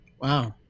Wow